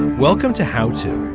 welcome to how to.